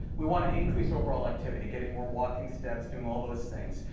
we want to increase overall activity, getting more walking steps, doing all those things.